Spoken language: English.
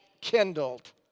kindled